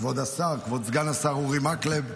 כבוד השר, כבוד סגן השר אורי מקלב,